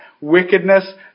wickedness